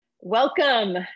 Welcome